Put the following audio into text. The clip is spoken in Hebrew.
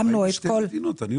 היו עליות גם בהובלות, גם